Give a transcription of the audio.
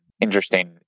interesting